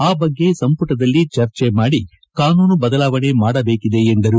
ಆ ಬಗ್ಗೆ ಸಂಪುಟದಲ್ಲಿ ಚರ್ಚೆ ಮಾಡಿ ಕಾನೂನು ಬದಲಾವಣೆ ಮಾಡಬೇಟಿದೆ ಎಂದರು